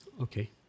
Okay